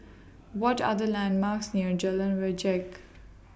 What Are The landmarks near Jalan Wajek